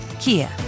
Kia